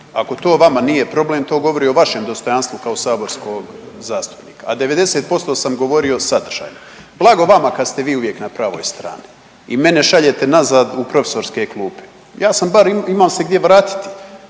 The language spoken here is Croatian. Ako vama to nije problem to govori o vašem dostojanstvu kao saborskog zastupnika, a 90% sam govorio sadržajno. Blago vama kad ste vi uvijek na pravoj strani i mene šaljete nazad u profesorske klupe. Ja sam bar, imam se gdje vratiti,